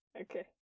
Okay